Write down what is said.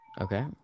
Okay